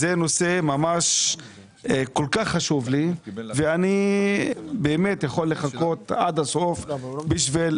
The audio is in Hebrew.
זה נושא ממש כל כך חשוב לי ואני באמת יכול לחכות עד הסוף בשביל